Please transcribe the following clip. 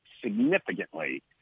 significantly